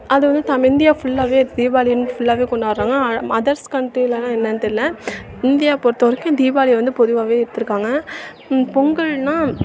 அது வந்து தம் இந்தியா ஃபுல்லாகவே தீபாவளினு ஃபுல்லாகவே கொண்டாடுறாங்க அதர்ஸ் கண்ட்ரிலேலாம் என்னென்னு தெரில இந்தியா பொறுத்தவரைக்கும் தீபாவளி வந்து பொதுவாகவே எடுத்துருக்காங்க பொங்கல்னால்